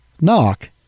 Knock